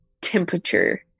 temperature